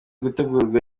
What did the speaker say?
gutegurwa